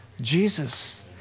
Jesus